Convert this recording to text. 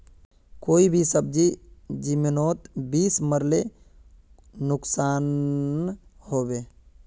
कोई भी सब्जी जमिनोत बीस मरले नुकसान होबे?